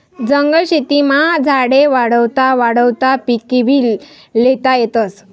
जंगल शेतीमा झाडे वाढावता वाढावता पिकेभी ल्हेता येतस